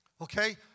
Okay